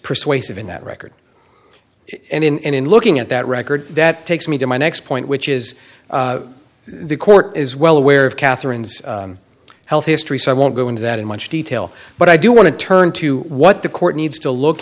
persuasive in that record and in looking at that record that takes me to my next point which is the court is well aware of katherine's health history so i won't go into that in much detail but i do want to turn to what the court needs to look